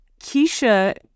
Keisha